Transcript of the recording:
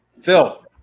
Phil